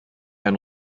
ein